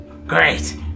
Great